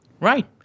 Right